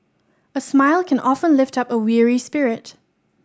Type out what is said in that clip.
a smile can often lift up a weary spirit